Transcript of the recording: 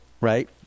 right